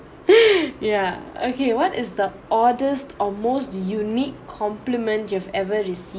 ya okay what is the oddest or most unique compliment you have ever received